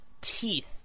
Teeth